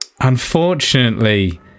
Unfortunately